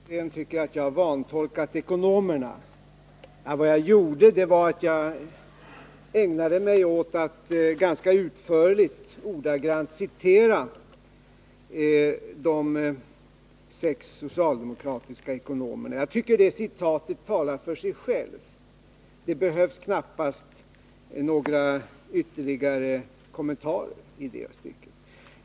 Herr talman! Bo Södersten tycker att jag har vantolkat ekonomerna. Vad jag gjorde var att jag ägnade mig åt att ganska utförligt och ordagrant citera de sex socialdemokratiska ekonomerna. Jag tycker att citatet talar för sig självt. Det behövs knappast några ytterligare kommentarer i det stycket.